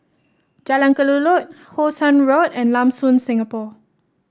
Jalan Kelulut How Sun Road and Lam Soon Singapore